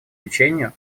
лечению